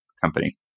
company